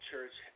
Church